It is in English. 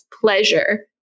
pleasure